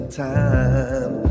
time